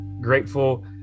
grateful